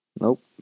Nope